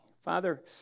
Father